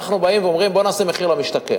אנחנו באים ואומרים, בואו נעשה מחיר למשתכן.